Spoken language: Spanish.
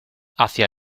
hacia